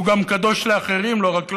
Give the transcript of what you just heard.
הוא קדוש גם לאחרים, לא רק לנו.